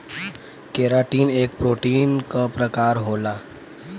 keratin एक protein क प्रकार होला